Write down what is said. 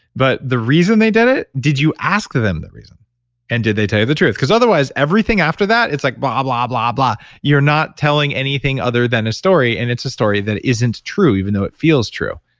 but the reason they did it, did you ask them that reason and did they tell you the truth? because, otherwise, everything after that, it's like but blah-blah-blah. you're not telling anything other than a story and it's a story that isn't true, even though it feels true.